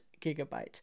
gigabytes